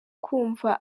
kumva